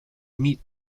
meet